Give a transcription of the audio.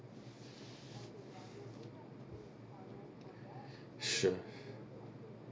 sure